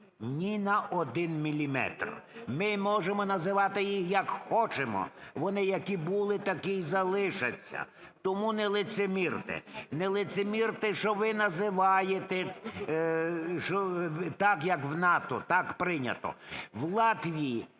Ні на один міліметр. Ми можемо називати їх як хочемо, вони які були, такі й залишаться. Тому не лицемірте – не лицемірте, що ви називаєте, що так, як в НАТО, так прийнято. В Латвії,